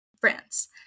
France